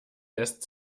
lässt